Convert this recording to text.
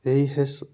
यही है इस